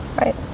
Right